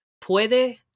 puede